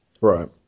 Right